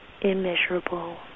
immeasurable